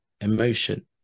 emotion